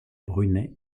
brunet